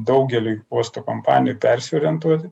daugeliui uosto kompanijų persiorientuoti